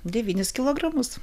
devynis kilogramus